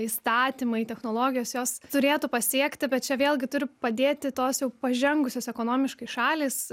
įstatymai technologijos jos turėtų pasiekti bet čia vėlgi turi padėti tos jau pažengusios ekonomiškai šalys